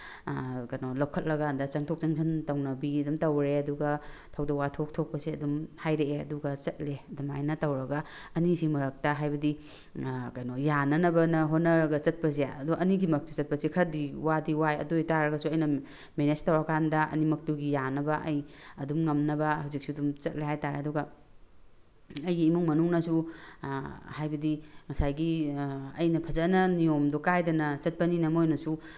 ꯀꯩꯅꯣ ꯂꯧꯈꯠꯂꯀꯥꯟꯗ ꯆꯪꯊꯣꯛ ꯆꯪꯁꯤꯟ ꯇꯧꯅꯕꯤ ꯑꯗꯨꯝ ꯇꯧꯔꯦ ꯑꯗꯨꯒ ꯊꯧꯗꯣꯛ ꯋꯥꯊꯣꯛ ꯊꯣꯛꯄꯁꯦ ꯑꯗꯨꯝ ꯍꯥꯏꯔꯛꯑꯦ ꯑꯗꯨꯒ ꯆꯠꯂꯦ ꯑꯗꯨꯃꯥꯏꯅ ꯇꯧꯔꯒ ꯑꯅꯤꯁꯤꯒꯤ ꯃꯔꯛꯇ ꯍꯥꯏꯕꯗꯤ ꯀꯩꯅꯣ ꯌꯥꯅꯅꯕꯅ ꯍꯣꯠꯅꯔꯒ ꯆꯠꯄꯁꯦ ꯑꯗꯣ ꯑꯅꯤꯒꯤ ꯃꯔꯛꯇ ꯆꯠꯄꯁꯤ ꯈꯔꯗꯤ ꯋꯥꯗꯤ ꯋꯥꯏ ꯑꯗꯨ ꯑꯣꯏꯇꯥꯔꯒꯁꯨ ꯑꯩꯅ ꯃꯦꯅꯦꯁ ꯇꯧꯔꯀꯥꯟꯗ ꯑꯅꯤꯃꯛꯇꯨꯒꯤ ꯌꯥꯅꯕ ꯑꯩ ꯑꯗꯨꯝ ꯉꯝꯅꯕ ꯍꯧꯖꯤꯛꯁꯨ ꯑꯗꯨꯝ ꯆꯠꯂꯦ ꯍꯥꯏ ꯇꯥꯔꯦ ꯑꯗꯨꯒ ꯑꯩꯒꯤ ꯏꯃꯨꯡ ꯃꯅꯨꯡꯅꯁꯨ ꯍꯥꯏꯕꯗꯤ ꯉꯁꯥꯏꯒꯤ ꯑꯩꯅ ꯐꯖꯅ ꯅꯤꯌꯣꯝꯗꯣ ꯀꯥꯏꯗꯅ ꯆꯠꯄꯅꯤꯅ ꯃꯣꯏꯅꯁꯨ